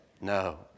No